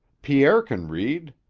pierre can read,